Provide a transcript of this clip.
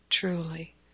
Truly